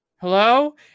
Hello